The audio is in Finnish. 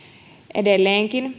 edelleenkin